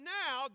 now